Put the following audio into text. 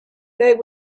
there